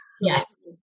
Yes